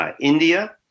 India